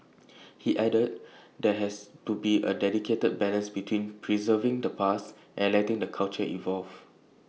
he added there has to be A delicate balance between preserving the past and letting the culture evolve